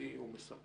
מהותי או מספק.